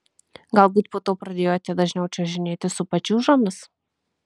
galbūt po to pradėjote dažniau čiuožinėti su pačiūžomis